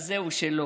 אז זהו, שלא.